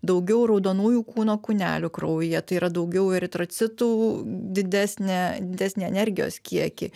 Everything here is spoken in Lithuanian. daugiau raudonųjų kūno kūnelių kraujyje tai yra daugiau eritrocitų didesnę didesnį energijos kiekį